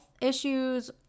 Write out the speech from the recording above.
issues